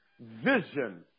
vision